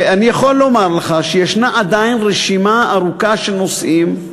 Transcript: אני יכול להגיד לך שיש עדיין רשימה ארוכה של נושאים,